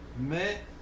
mais